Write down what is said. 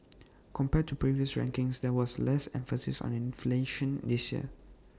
compared to previous rankings there was less emphasis on inflation this year